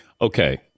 okay